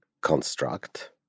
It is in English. construct